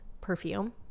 perfume